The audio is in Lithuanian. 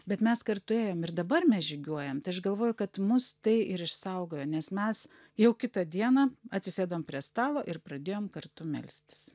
bet mes kartu ėjom ir dabar mes žygiuojam tai aš galvoju kad mus tai ir išsaugojo nes mes jau kitą dieną atsisėdom prie stalo ir pradėjom kartu melstis